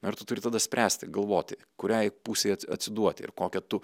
na ir tu turi tada spręsti galvoti kuriai pusei atsiduoti ir kokią tu